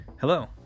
Hello